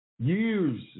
years